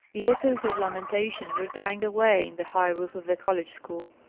the echoes of lamentation were dying away in the high roof of the college school.